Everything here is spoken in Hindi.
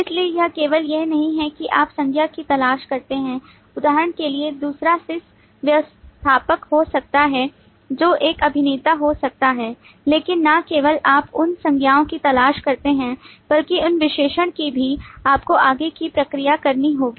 इसलिए यह केवल यह नहीं है कि आप संज्ञा की तलाश करते हैं उदाहरण के लिए दूसरा sys व्यवस्थापक हो सकता है जो एक अभिनेता हो सकता है लेकिन न केवल आप उन संज्ञाओं की तलाश करते हैं बल्कि उस विश्लेषण से भी आपको आगे की प्रक्रिया करनी होगी